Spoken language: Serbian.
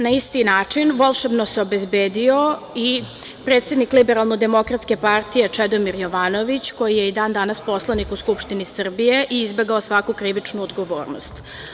Na isti način volšebno se obezbedio i predsednik Liberalno-demokratske partije, Čedomir Jovanović, koji je i dan-danas poslanik u Skupštini Srbije i tako izbegao svaku krivičnu odgovornost.